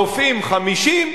הרופאים 50,